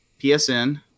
PSN